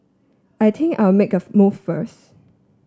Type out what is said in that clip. I think I'll make a move first